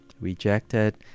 rejected